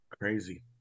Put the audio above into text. Crazy